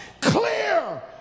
clear